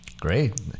great